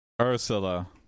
Ursula